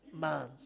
man